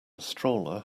stroller